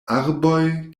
arboj